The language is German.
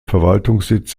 verwaltungssitz